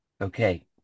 okay